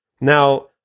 Now